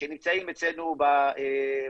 שנמצאים אצלנו בנגב.